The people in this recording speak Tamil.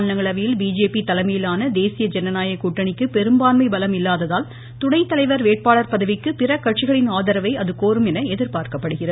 மாநிலங்களவையில் பிஜேபி தலைமையிலான தேசிய ஜனநாயக கூட்டணிக்கு பெரும்பான்மை பலம் இல்லாததால் துணைத்தலைவர் வேட்பாளர் பதவிக்கு பிற கட்சிகளின் ஆதரவை அது கோரும் என்று எதிர்பார்க்கப்படுகிறது